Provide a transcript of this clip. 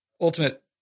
ultimate